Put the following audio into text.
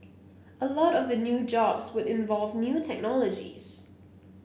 a lot of the new jobs would involve new technologies